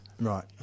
Right